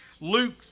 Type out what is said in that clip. Luke